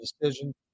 decision